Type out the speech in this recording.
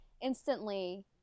instantly